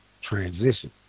transition